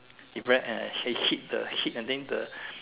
he ran and he hit the hit I think the